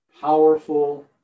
powerful